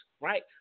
right